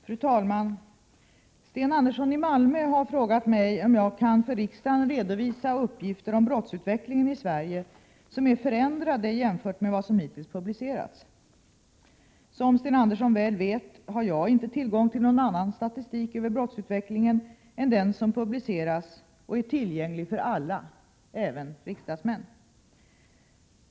Fru talman! Sten Andersson i Malmö har frågat mig om jag kan för riksdagen redovisa uppgifter om brottsutvecklingen i Sverige som är förändrade jämfört med vad som hitintills publicerats. Som Sten Andersson väl vet har jag inte tillgång till någon annan statistik över brottsutvecklingen än den som publiceras och är tillgänglig för alla, även riksdagsmän.